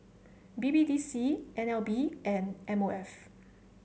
B B D C N L B and M O F